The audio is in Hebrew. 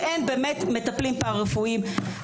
שאין באמת מטפלים פרא רפואיים.